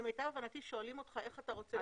למיטב הבנתי שואלים אותך איך אתה רוצה לקבל.